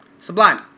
Sublime